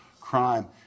crime